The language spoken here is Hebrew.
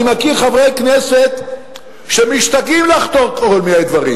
אני מכיר חברי כנסת שמשתגעים לחתוך כל מיני דברים,